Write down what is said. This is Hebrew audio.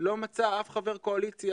לא מצא אף חבר קואליציה